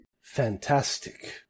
Fantastic